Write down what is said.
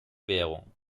währung